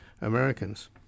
Americans